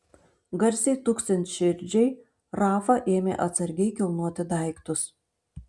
garsiai tuksint širdžiai rafa ėmė atsargiai kilnoti daiktus